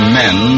men